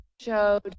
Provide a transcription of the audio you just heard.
showed